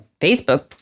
Facebook